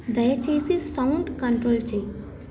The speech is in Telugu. దయచేసి సౌండ్ కంట్రోల్ చేయి